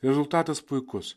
rezultatas puikus